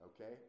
okay